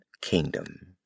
kingdom